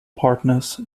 partners